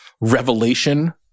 revelation